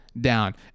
down